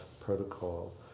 protocol